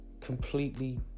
completely